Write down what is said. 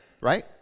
right